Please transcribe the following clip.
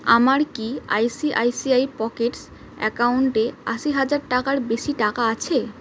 আমার কি I C I C I Pockets অ্যাকাউন্টে আশি হাজার টাকার বেশি টাকা আছে